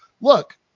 look